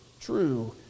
true